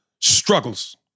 struggles